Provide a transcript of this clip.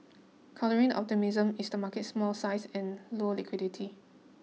countering optimism is the market's small size and low liquidity